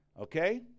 Okay